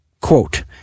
quote